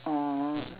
orh